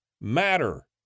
matter